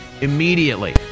immediately